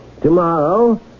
Tomorrow